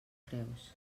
creus